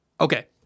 Okay